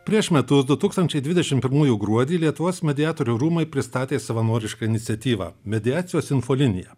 prieš metus du tūkstančiai dvidešim pirmųjų gruodį lietuvos mediatorių rūmai pristatė savanorišką iniciatyvą mediacijos infoliniją